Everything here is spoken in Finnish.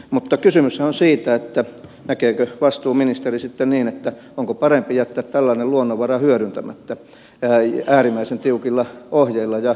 mutta kysymyshän on siitä näkeekö vastuuministeri sitten niin että on parempi jättää tällainen luonnonvara hyödyntämättä äärimmäisen tiukoilla ohjeilla ja kiristyksillä